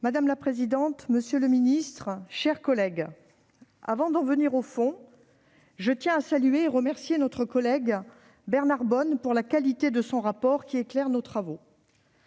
Madame la présidente, monsieur le secrétaire d'État, mes chers collègues, avant d'en venir au fond, je tiens à saluer et à remercier notre collègue Bernard Bonne de la qualité de son rapport, qui éclaire nos travaux.